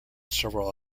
several